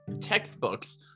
textbooks